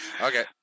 Okay